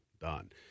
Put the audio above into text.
done